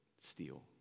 steal